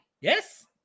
Yes